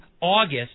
August